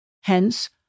Hence